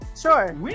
Sure